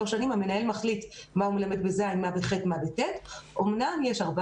שנים והמנהל מחליט מה הוא מלמד בכיתה ז',